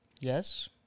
Yes